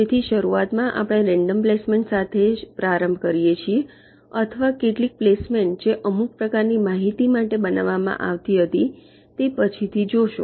તેથી શરૂઆતમાં આપણે રેન્ડમ પ્લેસમેન્ટ સાથે પ્રારંભ કરી શકીએ છીએ અથવા કેટલીક પ્લેસમેન્ટ જે અમુક પ્રકારની માહિતી માટે બનાવવામાં આવી છે તે પછીથી જોશે